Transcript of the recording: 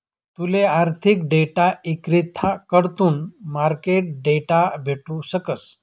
तूले आर्थिक डेटा इक्रेताकडथून मार्केट डेटा भेटू शकस